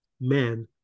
man